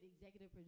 executive